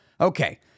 Okay